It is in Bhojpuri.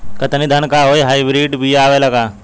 कतरनी धान क हाई ब्रीड बिया आवेला का?